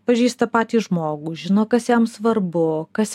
pažįsta patį žmogų žino kas jam svarbu kas